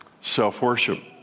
Self-worship